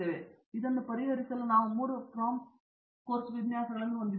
ಈಗ ಇದನ್ನು ಪರಿಹರಿಸಲು ನಾವು ಮೂರು ಪ್ರಾಂಪ್ಟ್ ಕೋರ್ಸ್ ವಿನ್ಯಾಸಗಳನ್ನು ಹೊಂದಿದ್ದೇವೆ